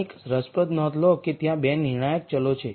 કંઈક રસપ્રદ નોંધ લો કે ત્યાં 2 નિર્ણાયક ચલો છે